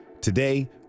Today